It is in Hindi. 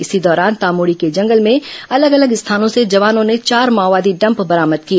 इसी दौरान तामोड़ी के जंगल में अलग अलग स्थानों से जवानों ने चार माओवादी डंप बरामद किए